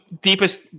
deepest